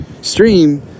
stream